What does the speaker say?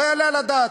לא יעלה על הדעת.